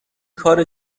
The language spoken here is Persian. کار